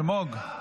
אלמוג,